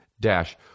Dash